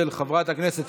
של חברת הכנסת